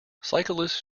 cyclists